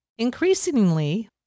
Increasingly